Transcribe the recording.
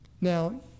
Now